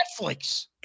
Netflix